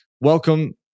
welcome